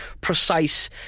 precise